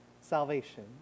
salvation